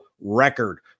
record